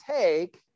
take